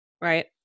right